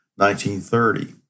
1930